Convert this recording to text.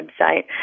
website